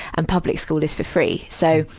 and public school is for free. so